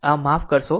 આમમાફ કરશો